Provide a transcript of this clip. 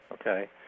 Okay